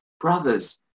brothers